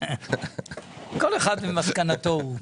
כל אחד ומסקנתו הוא.